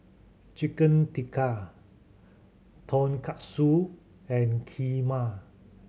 Chicken Tikka Tonkatsu and Kheema